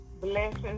blessings